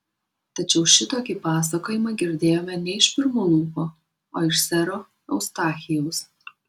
tačiau šitokį pasakojimą girdėjome ne iš pirmų lūpų o iš sero eustachijaus